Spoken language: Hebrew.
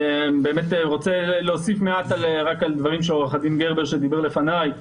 אני רוצה להוסיף מעט על דברי עורך הדין גרבר שדיבר לפני.